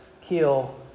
kill